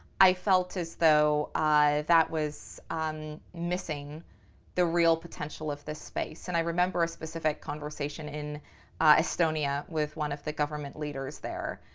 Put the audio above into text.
i felt as though that was missing the real potential of this space. and i remember a specific conversation in estonia with one of the government leaders there.